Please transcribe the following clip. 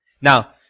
Now